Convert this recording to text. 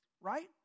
right